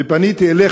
ופניתי אליך,